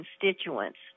constituents